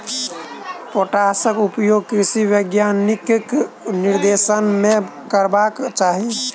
पोटासक उपयोग कृषि वैज्ञानिकक निर्देशन मे करबाक चाही